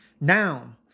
Noun